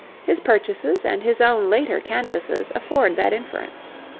his purchases and his own later canvases afford that inference.